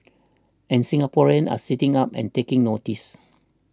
and Singaporeans are sitting up and taking notice